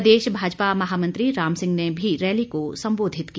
प्रदेश भाजपा महामंत्री राम सिंह ने भी रैली को संबोधित किया